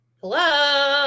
Hello